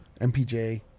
MPJ